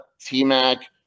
T-Mac